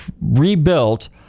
rebuilt